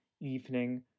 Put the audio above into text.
evening